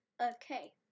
okay